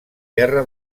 guerra